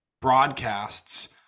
broadcasts